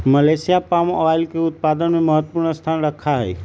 Malaysia palm oil के उत्पादन में महत्वपूर्ण स्थान रखा हई